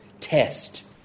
Test